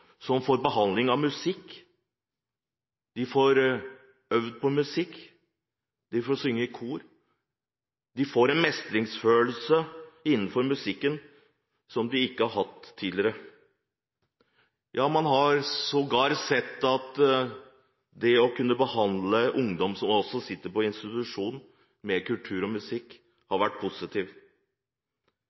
som får behandling med musikk – de får øve på musikk, de får synge i kor, de får en mestringsfølelse innen musikk som de ikke har hatt tidligere. Ja, man har sågar sett at det har vært positivt å behandle ungdom som bor på institusjon, med kultur og musikk. Alle har vært